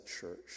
church